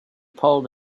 pulled